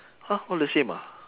!huh! all the same ah